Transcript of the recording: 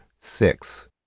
six